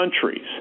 countries